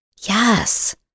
Yes